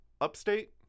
upstate